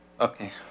okay